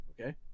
Okay